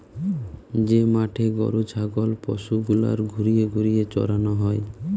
যে মাঠে গরু ছাগল পশু গুলার ঘুরিয়ে ঘুরিয়ে চরানো হয়